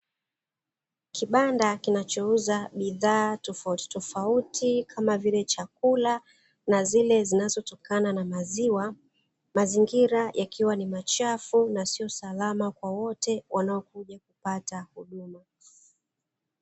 Kibanda kinachouza bidhaa tofautitofauti, kama vile chakula na zile zinazotokana na maziwa. Mazingira yakiwa ni machafu na sio salama kwa wote wanaokuja kupata huduma.